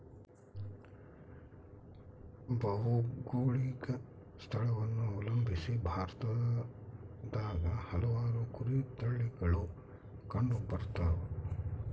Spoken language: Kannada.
ಭೌಗೋಳಿಕ ಸ್ಥಳವನ್ನು ಅವಲಂಬಿಸಿ ಭಾರತದಾಗ ಹಲವಾರು ಕುರಿ ತಳಿಗಳು ಕಂಡುಬರ್ತವ